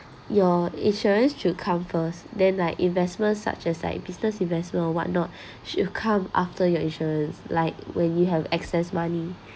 your insurance should come first then like investments such as like business investment or whatnot should come after your insurance like when you have excess money